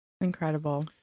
Incredible